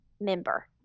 member